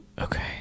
Okay